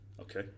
okay